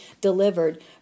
delivered